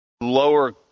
lower